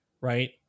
right